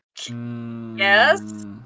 Yes